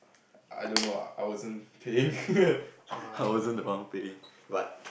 I don't know lah I wasn't paying I wasn't the one paying but